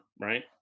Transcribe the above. right